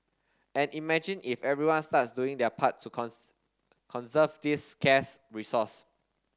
and imagine if everyone starts doing their part to conserve this scarce resource